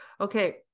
Okay